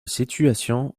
situation